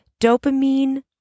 Dopamine